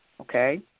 okay